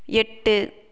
எட்டு